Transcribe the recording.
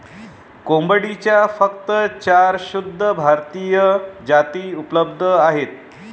कोंबडीच्या फक्त चार शुद्ध भारतीय जाती उपलब्ध आहेत